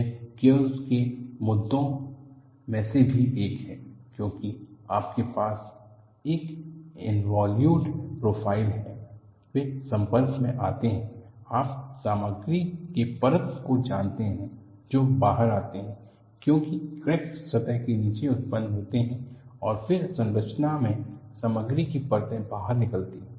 यह गियर्स के मुद्दों में से भी एक है क्योंकि आपके पास एक इनवॉल्यूट प्रोफ़ाइल है वे संपर्क में आते हैं आप सामग्री के परत को जानते हैं जो बाहर आते हैं क्योंकि क्रैक्स सतह के नीचे उत्पन्न होते हैं और फिर संचालन में सामग्री की परतें बाहर निकलती हैं